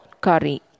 curry